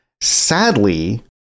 Sadly